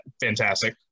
fantastic